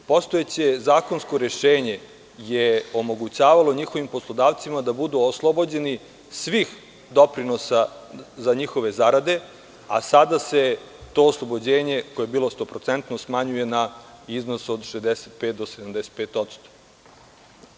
Postojeće zakonsko rešenje je omogućavalo njihovim poslodavcima da budu oslobođeni svih doprinosa za njihove zarade, a sada se to oslobođenje koje je bilo 100% smanjuje na iznos od 65 do 75%